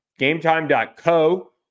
GameTime.co